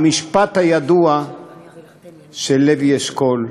המשפט הידוע של לוי אשכול,